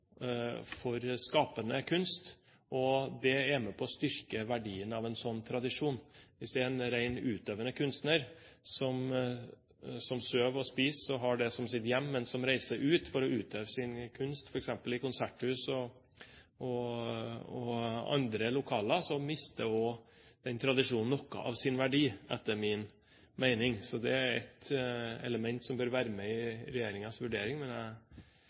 skapende kunst, og det er med på å styrke verdien av en sånn tradisjon. Hvis det er en rent utøvende kunstner som sover og spiser der og har det som sitt hjem, men som reiser ut for å utøve sin kunst f.eks. i konserthus og andre lokaler, mister også den tradisjonen noe av sin verdi etter min mening. Det er et element som bør være med i regjeringens vurdering. Jeg